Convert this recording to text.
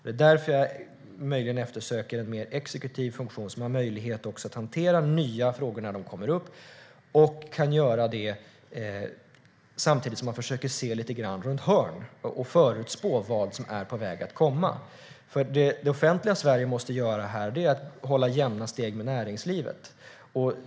Det är därför jag möjligen eftersöker en mer exekutiv funktion som har möjlighet att hantera nya frågor när de kommer upp. Det ska göras samtidigt som man lite grann försöker se runt hörn och förutspå vad som är på väg att komma. Vad det offentliga Sverige här måste göra är att hålla jämna steg med näringslivet.